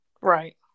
right